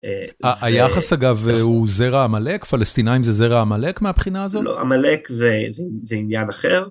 היחס אגב הוא זרע עמלק, פלסטינאים זה זרע עמלק מהבחינה הזאת? לא, עמלק זה עניין אחר.